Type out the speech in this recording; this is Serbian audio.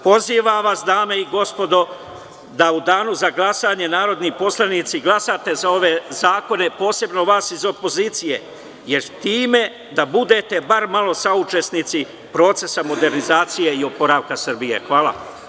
Pozivam vas, dame i gospodo, da u danu za glasanje glasate za ove zakone, posebno vas iz opozicije, time da budete bar malo saučesnici procesa modernizacije i oporavka Srbije.